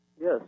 yes